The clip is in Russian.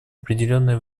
определенное